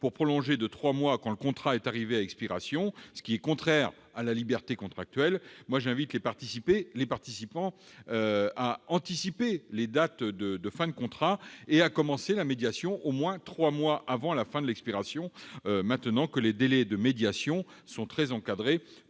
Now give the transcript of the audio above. pour prolonger de trois mois le contrat arrivé à expiration, ce qui est contraire à la liberté contractuelle, j'invite les participants à anticiper les dates de fin de contrat et à commencer la médiation au moins trois mois avant la date d'expiration, maintenant que les délais en la matière sont très encadrés,